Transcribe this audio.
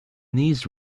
these